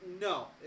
No